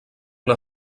una